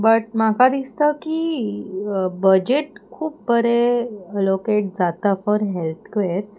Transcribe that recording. but म्हाका दिसता की बजट खूब बरें एलोकेट जाता फॉर हेल्थ कॅर